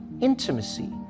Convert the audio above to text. intimacy